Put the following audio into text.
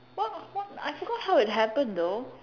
what was what I forgot how it happened though